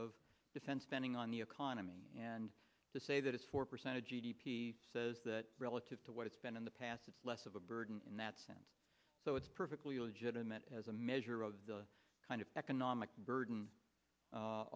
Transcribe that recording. of defense spending on the economy and to say that it's four percent of g d p says that relative to what it's been in the past it's less of a burden in that sense so it's perfectly legitimate as a measure of the kind of economic burden